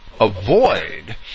avoid